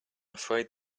afraid